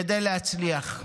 כדי להצליח.